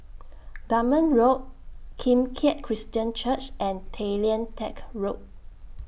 Dunman Road Kim Keat Christian Church and Tay Lian Teck Road